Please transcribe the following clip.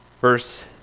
Verse